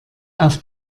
auf